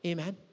Amen